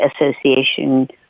Association